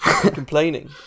complaining